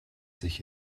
sich